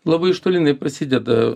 labai iš toli jinai prasideda